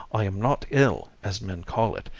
i am not ill, as men call it,